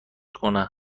بشکنه